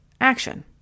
action